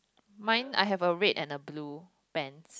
mine I have a red and a blue pants